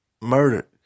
murdered